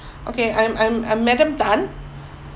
okay I'm I'm I'm madam tan